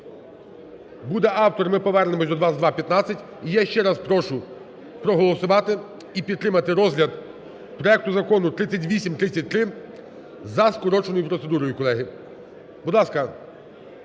буде автор, ми повернемося до 2215. І я ще раз прошу проголосувати і підтримати розгляд проекту Закону 3833 за скороченою процедурою, колеги. Будь ласка,